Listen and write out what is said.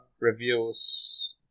reviews